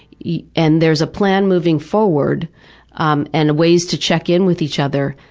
yeah and there's a plan moving forward um and ways to check in with each other,